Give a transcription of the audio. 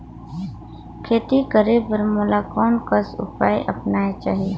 खेती करे बर मोला कोन कस उपाय अपनाये चाही?